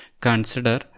consider